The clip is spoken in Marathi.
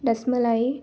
रसमलाई